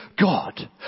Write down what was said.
God